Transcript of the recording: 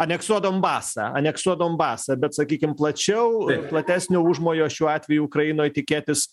aneksuot donbasą aneksuot donbasą bet sakykim plačiau platesnio užmojo šiuo atveju ukrainoj tikėtis